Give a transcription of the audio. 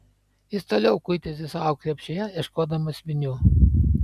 jis toliau kuitėsi savo krepšyje ieškodamas vinių